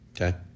Okay